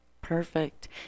Perfect